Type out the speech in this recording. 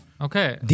Okay